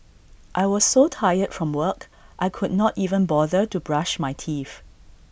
I was so tired from work I could not even bother to brush my teeth